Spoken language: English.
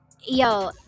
yo